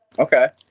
okay,